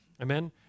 Amen